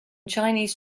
chinese